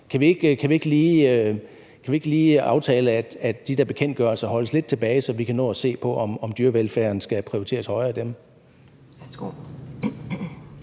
kan vi ikke lige aftale, at de der bekendtgørelser holdes lidt tilbage, så vi kan nå at se på, om dyrevelfærden skal prioriteres højere i dem?